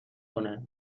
کنه